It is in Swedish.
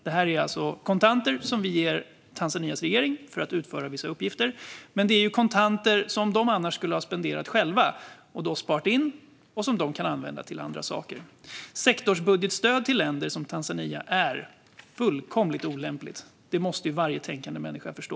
Det här är alltså kontanter som vi ger Tanzanias regering för att utföra vissa uppgifter, men det är kontanter som de annars skulle ha spenderat själva, som de har sparat in och kan använda till andra saker. Sektorsbudgetstöd till länder som Tanzania är fullkomligt olämpligt. Det måste varje tänkande människa förstå.